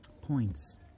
points